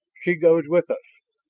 she goes with us.